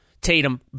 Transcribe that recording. Tatum